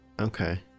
Okay